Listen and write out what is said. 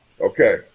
Okay